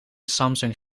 samsung